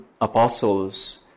apostles